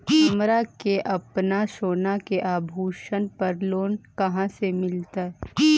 हमरा के अपना सोना के आभूषण पर लोन कहाँ से मिलत?